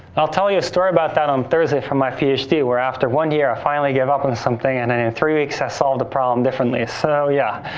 i'll tell you a story about that on thursday from my phd where after one year, i finally gave up on something, and then, in three weeks, i solved the problem differently so yeah.